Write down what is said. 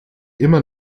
immer